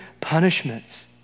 punishments